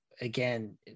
again